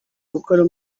gukora